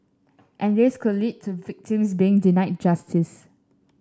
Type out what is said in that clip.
and this could lead to victims being denied justice